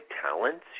talents